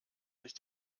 sich